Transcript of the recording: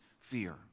fear